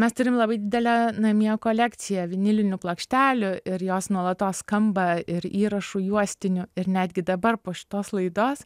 mes turim labai didelę namie kolekciją vinilinių plokštelių ir jos nuolatos skamba ir įrašų juostinių ir netgi dabar po šitos laidos